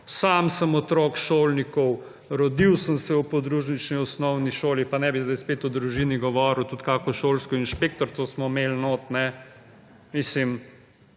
Sam sem otrok šolnikov, rodil sem se v podružnični osnovni šoli, pa ne bi sedaj spet o družini govoril, tudi kakšno šolsko inšpektorico smo imeli notri, mislim,